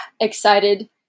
excited